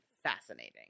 fascinating